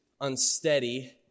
unsteady